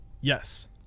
Yes